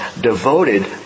devoted